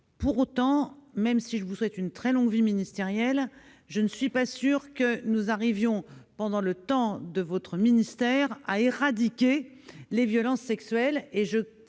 Pour autant, même si je vous souhaite une très longue vie ministérielle, je ne suis pas sûre que nous arrivions, pendant le temps où vous occuperez ce poste, à éradiquer les violences sexuelles.